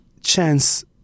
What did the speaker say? chance